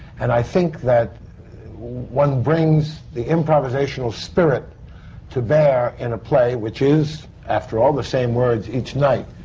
and i think that one brings the improvisational spirit to bear in a play, which is after all, the same words each night.